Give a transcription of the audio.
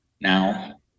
now